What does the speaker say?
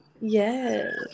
Yes